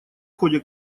ходе